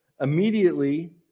immediately